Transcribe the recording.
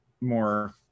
more